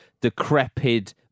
decrepit